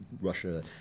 Russia